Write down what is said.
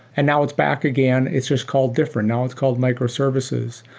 and now it's back again. it's just called different. now it's called microservices.